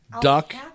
duck